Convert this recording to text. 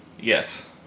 Yes